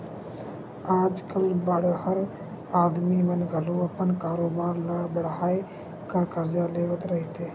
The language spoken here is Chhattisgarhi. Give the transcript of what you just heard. आज कल बड़हर आदमी मन घलो अपन कारोबार ल बड़हाय बर करजा लेवत रहिथे